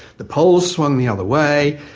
the polls swung the other way,